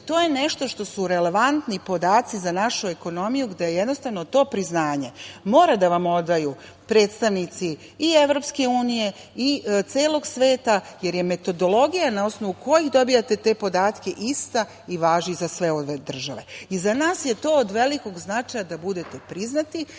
to je nešto što su relevantni podaci za našu ekonomiju, gde jednostavno to priznanje mora da vam odaju predstavnici i EU i celog sveta, jer je metodologija na osnovu kojih dobijate te podatke ista i važi za sve ove države.Za nas je to od velikog značaja da budete priznati,